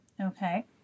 Okay